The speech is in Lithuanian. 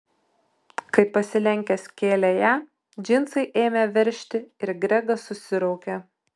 kai pasilenkęs kėlė ją džinsai ėmė veržti ir gregas susiraukė